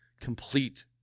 complete